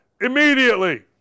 immediately